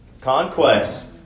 Conquest